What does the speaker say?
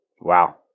wow